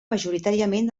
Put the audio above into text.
majoritàriament